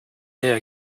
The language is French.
n’est